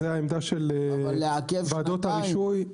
זו העמדה של ועדות הרישוי.